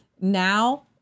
now